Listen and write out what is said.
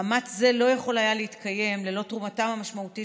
מאמץ זה לא יכול היה להתקיים ללא תרומתם המשמעותית